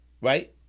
right